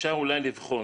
אפשר אולי לבחון,